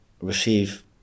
receive